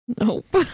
Nope